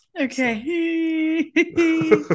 okay